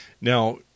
Now